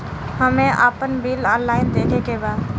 हमे आपन bill online देखे के बा?